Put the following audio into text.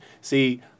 See